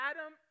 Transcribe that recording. Adam